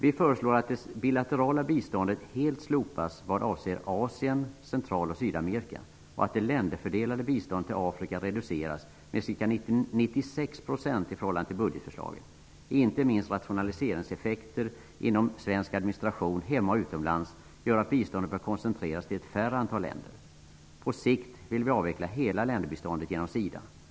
Vi föreslår att det bilaterala biståndet helt slopas vad avser Asien och Central och Sydamerika och att det länderfördelade biståndet till Afrika reduceras med ca 96 % i förhållande till budgetförslaget. Inte minst rationaliseringseffekter inom svensk administration -- hemma och utomlands -- gör att biståndet bör koncentreras till ett färre antal länder. På sikt vill vi avveckla hela länderbiståndet genom SIDA.